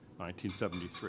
1973